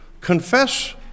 confess